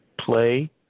play